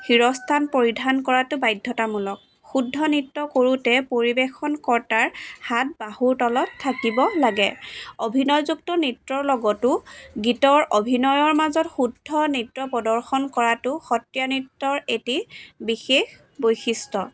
শিৰস্থান পৰিধান কৰাটো বাধ্যতামূলক শুদ্ধ নৃত্য কৰোতে পৰিৱেশন কৰ্তাৰ হাত বাহুৰ তলত থাকিব লাগে অভিনয় যুক্ত নৃত্যৰ লগতো গীতৰ অভিনয়ৰ মাজত শুদ্ধ নৃত্য প্ৰদৰ্শন কৰাটো সত্ৰীয়া নৃত্যৰ এটি বিশেষ বৈশিষ্ট্য